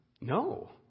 no